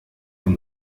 from